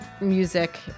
music